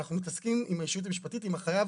אנחנו מתעסקים עם הישות המשפטית, עם החייב